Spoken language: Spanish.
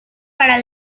para